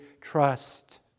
trust